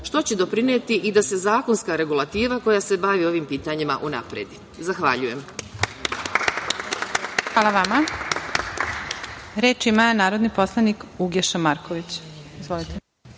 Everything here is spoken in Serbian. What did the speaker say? što će doprineti i da se zakonska regulativa koja se bavi ovim pitanjima unapredi. Zahvaljujem.